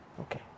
Okay